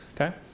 okay